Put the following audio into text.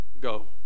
Go